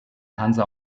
hansa